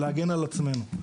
להגן על עצמנו.